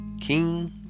King